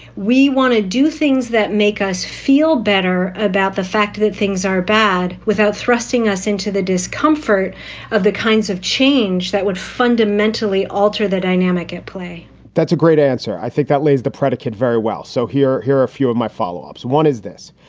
we want to do things that make us feel better about the fact that things are bad without thrusting us into the discomfort of the kinds of change that would fundamentally alter the dynamic at play that's a great answer. i think that lays the predicate very well. so here here are a few of my follow ups. one is this.